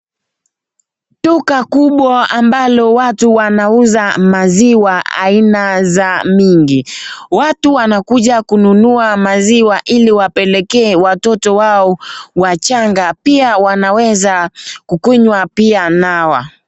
Duka mkubwa ambayo watu wanauza maziwa za aina mingi. Watu wanakuja kununua maziwa ili wapelekee watoto wao wachanga, pia wanaweza kukunywa pia nao.